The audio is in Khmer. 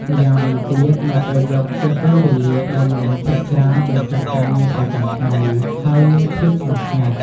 ម្យ៉ាងវិញទៀតនៅពេលយប់ជាពេលវេលាដែលមនុស្សភាគច្រើនបញ្ចប់ការងារប្រចាំថ្ងៃ ហើយមានភាពស្ងប់ស្ងាត់ ។